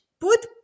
put